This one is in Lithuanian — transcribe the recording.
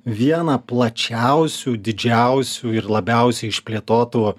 vieną plačiausių didžiausių ir labiausiai išplėtotų